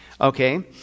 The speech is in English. okay